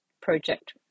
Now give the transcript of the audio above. project